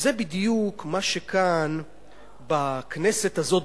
וזה בדיוק מה שכאן בכנסת הזאת,